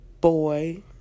boy